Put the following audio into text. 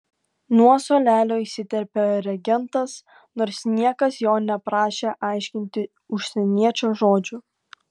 nuo suolelio įsiterpė regentas nors niekas jo neprašė aiškinti užsieniečio žodžių